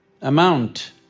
amount